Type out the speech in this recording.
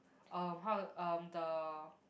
um how to um the